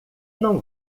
não